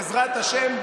בעזרת השם,